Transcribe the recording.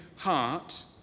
heart